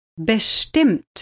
Bestimmt